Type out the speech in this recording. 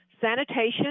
sanitation